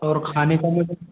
और खाने का मैडम